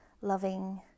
loving